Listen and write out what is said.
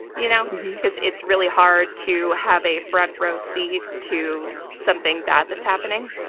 you know it's it's really hard to have a front row seat to something bad that's happening,